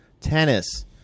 tennis